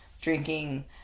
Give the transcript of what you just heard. drinking